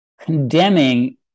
condemning